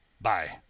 Bye